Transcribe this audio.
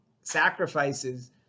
sacrifices